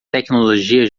tecnologia